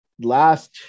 last